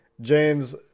James